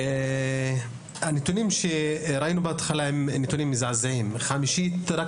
הנתונים שראינו בהתחלה הם נתונים מזעזעים, רק